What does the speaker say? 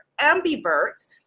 ambiverts